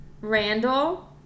Randall